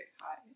hi